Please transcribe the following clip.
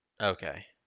Okay